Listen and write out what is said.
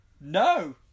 No